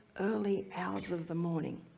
early hours of the morning.